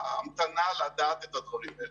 ההמתנה לדעת את הדברים האלה.